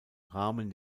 rahmen